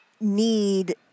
need